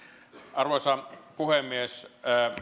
arvoisa puhemies